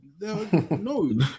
No